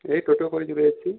এই টোটো করে চলে এসছি